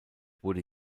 wurde